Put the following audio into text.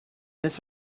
this